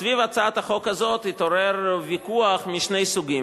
סביב הצעת החוק הזאת התעורר ויכוח משני סוגים.